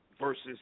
versus